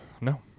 No